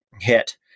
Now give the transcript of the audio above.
hit